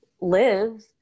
live